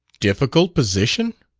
difficult position?